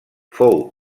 fou